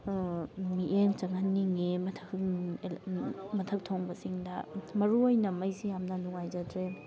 ꯃꯤꯠꯌꯦꯡ ꯆꯪꯍꯟꯅꯤꯡꯉꯤ ꯃꯊꯪ ꯃꯊꯛ ꯊꯣꯡꯕꯁꯤꯡꯗ ꯃꯔꯨ ꯑꯣꯏꯅ ꯃꯩꯁꯤ ꯌꯥꯝ ꯅꯨꯡꯉꯥꯏꯖꯗ꯭ꯔꯦ